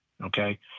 Okay